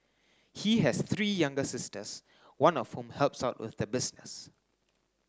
he has three younger sisters one of whom helps out with the business